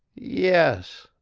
yes,